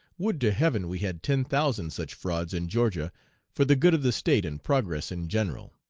would to heaven we had ten thousand such frauds in georgia for the good of the state and progress in general!